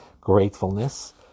gratefulness